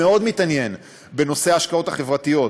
שמאוד מתעניין בנושא ההשקעות החברתיות,